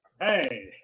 hey